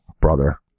brother